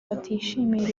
batishimiye